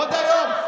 עוד היום.